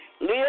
Live